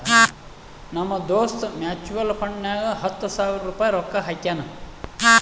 ನಮ್ ದೋಸ್ತ್ ಮ್ಯುಚುವಲ್ ಫಂಡ್ನಾಗ್ ಹತ್ತ ಸಾವಿರ ರುಪಾಯಿ ರೊಕ್ಕಾ ಹಾಕ್ಯಾನ್